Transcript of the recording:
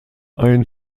ein